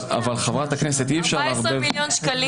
היו 14 מיליון שקלים.